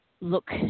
look